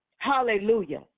Hallelujah